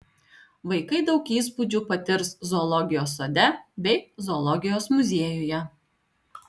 vaikai daug įspūdžių patirs zoologijos sode bei zoologijos muziejuje